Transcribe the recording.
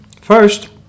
First